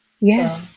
Yes